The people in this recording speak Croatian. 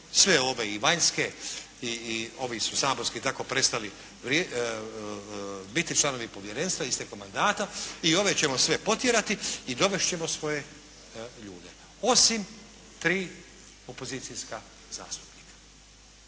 sve ove i vanjske i ovi su saborski tako prestali biti članovi povjerenstva istekom mandata, i ove ćemo sve potjerati i dovest ćemo svoje ljude, osim tri opozicijska zastupnika.